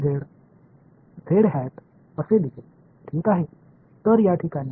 எனவே இந்த J வெளிப்பாட்டை இங்கே என்று நான் எழுதுவேன்